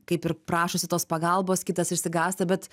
kaip ir prašosi tos pagalbos kitas išsigąsta bet